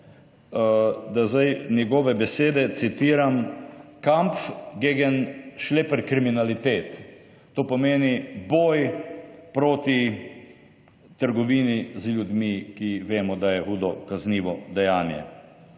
da zdaj njegove besede citiram »kampf gegen schlepperkriminalität«, to pomeni boj proti trgovini z ljudmi, ki vemo, da je hudo kaznivo dejanje.